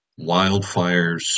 wildfires